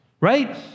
right